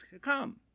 come